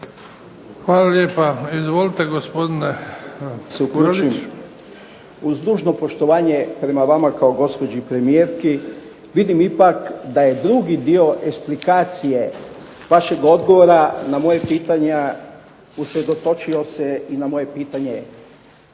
Hvala lijepa. Izvolite gospodine Kurelić.